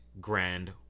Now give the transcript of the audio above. Grand